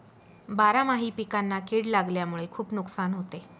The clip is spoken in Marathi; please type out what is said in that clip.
बारामाही पिकांना कीड लागल्यामुळे खुप नुकसान होते